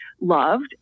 loved